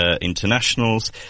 internationals